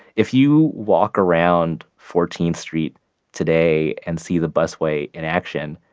if you walk around fourteenth street today and see the bus wait in action,